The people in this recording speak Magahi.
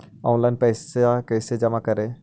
ऑनलाइन पैसा कैसे जमा करे?